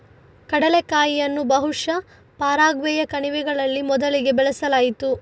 ಕಡಲೆಕಾಯಿಯನ್ನು ಬಹುಶಃ ಪರಾಗ್ವೆಯ ಕಣಿವೆಗಳಲ್ಲಿ ಮೊದಲಿಗೆ ಬೆಳೆಸಲಾಯಿತು